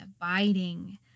abiding